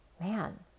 man